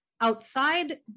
Outside